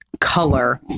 color